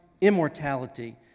immortality